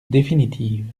définitive